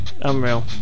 unreal